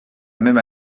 même